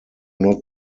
not